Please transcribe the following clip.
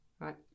Right